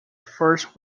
first